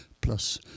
plus